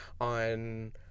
on